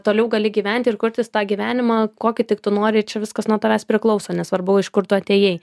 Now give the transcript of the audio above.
toliau gali gyventi ir kurtis tą gyvenimą kokį tik tu noriir čia viskas nuo tavęs priklauso nesvarbu iš kur tu atėjai